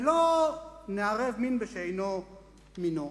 ולא נערב מין בשאינו מינו.